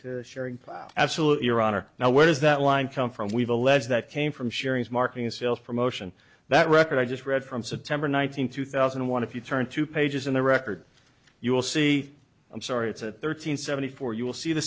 to sherry absolutely your honor now where does that line come from we've alleged that came from sharon's marketing sales promotion that record i just read from september nineteenth two thousand and one if you turn to pages in the record you'll see i'm sorry it's at thirteen seventy four you will see the